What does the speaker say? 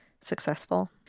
successful